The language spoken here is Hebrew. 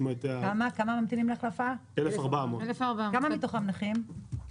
כמה מתוכם נכים?